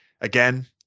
again